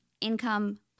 income